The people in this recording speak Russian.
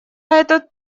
этот